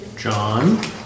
John